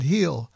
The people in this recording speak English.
Heal